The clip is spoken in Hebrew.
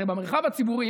הרי במרחב הציבורי,